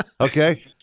Okay